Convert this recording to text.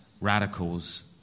radicals